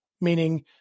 Meaning